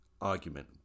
Argument